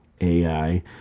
AI